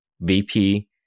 VP